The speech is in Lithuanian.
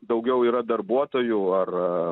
daugiau yra darbuotojų ar